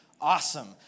Awesome